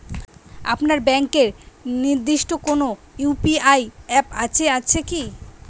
আপনার ব্যাংকের নির্দিষ্ট কোনো ইউ.পি.আই অ্যাপ আছে আছে কি?